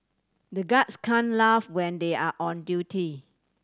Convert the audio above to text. the guards can laugh when they are on duty